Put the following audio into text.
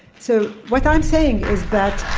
so, what i'm saying is that